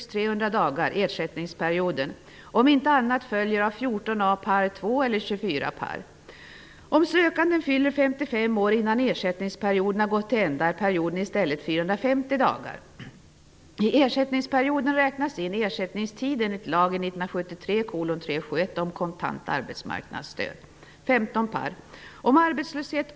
En revisor skall kunna intyga att ingen verksamhet bedrivs i företaget. Ett liknande förslag finns också i Ny demokratis motion A262. Utredningen bör också avväga om och i så fall hur samordning bör ske mellan avgångsvederlag och ersättning vid arbetslöshet.